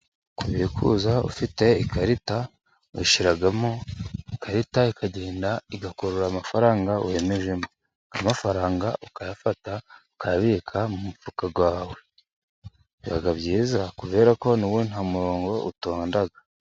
Kubikuza ufite ikarita, uyishyiramo ikarita ikagenda igakurura amafaranga wemejemo, amafaranga ukayafata ukayabika mu mufuka wawe, biba byiza kubera ko nk'ubu nta murongo utonda.